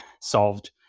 solved